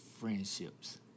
friendships